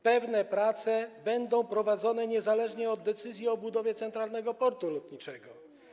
Pewne prace będą prowadzone niezależnie od decyzji o budowie centralnego portu lotniczego.